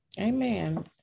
amen